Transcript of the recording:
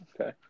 Okay